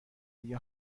دیگه